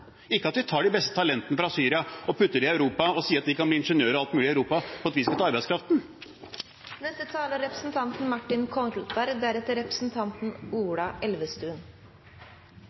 ikke at vi tar de beste talentene fra Syria og putter dem inn i Europa og sier at de kan bli ingeniører og alt mulig i Europa, for at vi skal få arbeidskraften. Vi har hatt denne debatten ved flere anledninger her i salen. Det som representanten